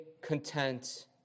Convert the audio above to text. content